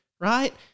right